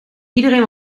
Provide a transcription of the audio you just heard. iedereen